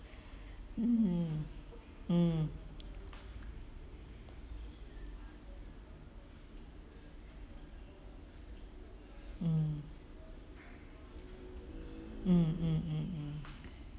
mm mm mm mmhmm mm